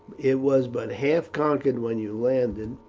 it was but half conquered when you landed,